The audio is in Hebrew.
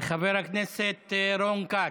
חבר הכנסת רון כץ.